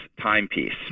timepiece